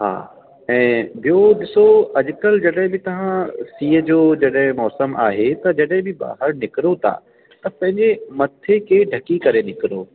हा ऐं ॿियों ॾिसो अॼुकल्ह जॾहिं बि तव्हां ॾींहं जो जॾहिं मौसमु आहे त जॾहिं बि ॿाहिरि निकिरो तव्हां त पंहिंजे मथे खे ढकी करे निकिरो